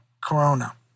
corona